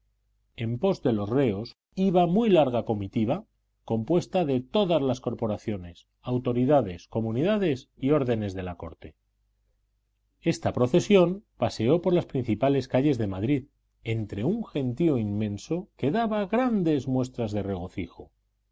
en pos de los reos iba muy larga comitiva compuesta de todas las corporaciones autoridades comunidades y órdenes de la corte esta procesión paseó por las principales calles de madrid entre un gentío inmenso que daba grandes muestras